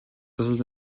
дусал